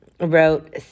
wrote